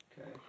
Okay